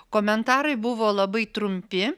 komentarai buvo labai trumpi